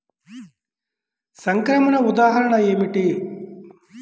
సంక్రమణ ఉదాహరణ ఏమిటి?